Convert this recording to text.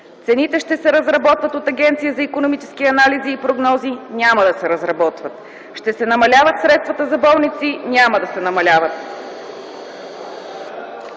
цените ще се разработват от Агенция за икономически анализи и прогнози, няма да се разработват, ще се намаляват средствата за болници, няма да се намаляват”.